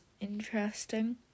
interesting